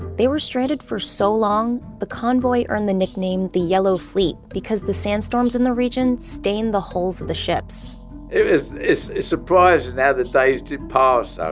they were stranded for so long the convoy earned the nickname, the yellow fleet because the sandstorms in the region stained the holes of the ships it's it's surprising now the days did pass,